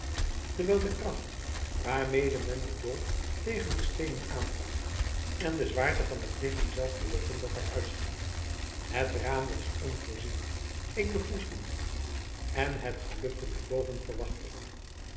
terwijl de kracht waarmede men den dolk tegen de steenen aandrukt en de zwaarte van het lichaam zelf beletten dat hij uitschiet het raam was onvoorzien ik beproefde het en het gelukte mij boven verwachting